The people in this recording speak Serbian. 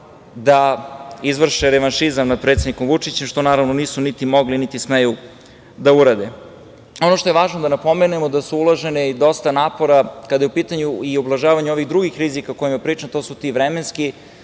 da izvrše revanšizam nad predsednikom Vučićem, što naravno nisu niti mogli, niti smeju da urade. Ono što je važno da napomenemo je da je uloženo i dosta napora kada je u pitanju i ublažavanje ovih drugih rizika o kojima pričam, to su ti vremenski,